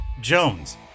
Jones